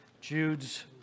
Jude's